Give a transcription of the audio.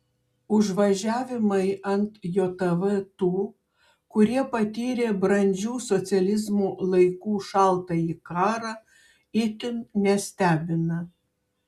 užvažiavimai ant jav tų kurie patyrė brandžių socializmo laikų šaltąjį karą itin nestebina